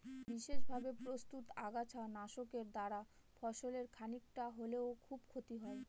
বিশেষভাবে প্রস্তুত আগাছা নাশকের দ্বারা ফসলের খানিকটা হলেও খুব ক্ষতি হয় না